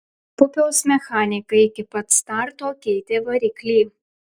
pupiaus mechanikai iki pat starto keitė variklį